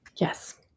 Yes